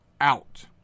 out